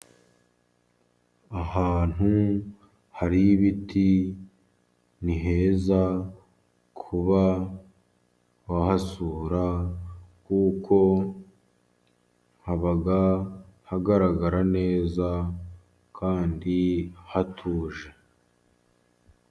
Ahantu hari ibiti, ni heza kuba wahasura. Kuko haba hagaragara neza kandi hatuje.